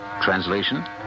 Translation